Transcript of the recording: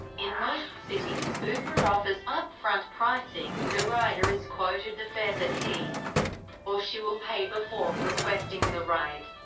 in most cities, uber offers upfront pricing the rider is quoted the fare that he or she will pay before requesting the ride.